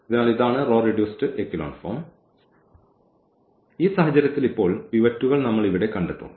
അതിനാൽ ഇതാണ് row reduced echelon form ഈ സാഹചര്യത്തിൽ ഇപ്പോൾ പിവറ്റുകൾ നമ്മൾ ഇവിടെ കണ്ടെത്തും